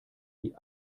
die